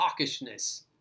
hawkishness